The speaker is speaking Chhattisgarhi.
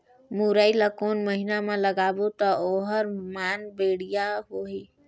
मुरई ला कोन महीना मा लगाबो ता ओहार मान बेडिया होही?